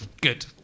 Good